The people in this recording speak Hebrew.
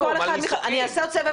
אנחנו ניתן לכל אחד, אנחנו נעשה עוד סבב